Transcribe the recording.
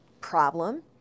problem